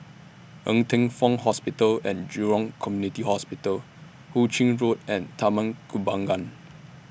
Ng Teng Fong Hospital and Jurong Community Hospital Hu Ching Road and Taman Kembangan